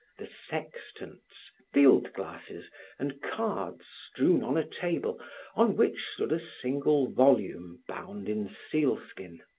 the sextants, field glasses and cards strewn on a table on which stood a single volume, bound in sealskin.